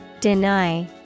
Deny